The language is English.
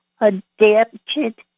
adapted